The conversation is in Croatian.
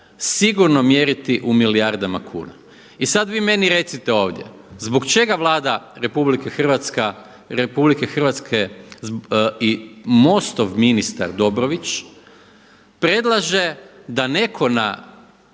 sigurno mjeriti u milijardama kuna. I sad vi meni recite ovdje zbog čega Vlada RH i MOST-ov ministar Dobrović predlaže da netko na